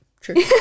True